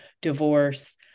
divorce